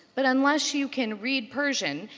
but unless you can read persian,